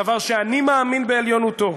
דבר שאני מאמין בעליונותו.